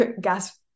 gas